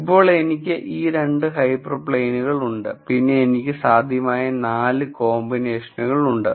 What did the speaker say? ഇപ്പോൾ എനിക്ക് ഈ 2 ഹൈപ്പർപ്ലെയ്നുകൾ ഉണ്ട് പിന്നെ എനിക്ക് സാധ്യമായ 4 കോമ്പിനേഷനുകൾ ഉണ്ട്